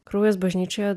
kraujas bažnyčioje